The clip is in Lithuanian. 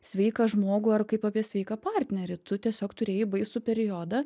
sveiką žmogų ar kaip apie sveiką partnerį tu tiesiog turėjai baisų periodą